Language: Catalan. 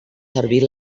servir